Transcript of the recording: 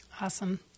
Awesome